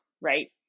right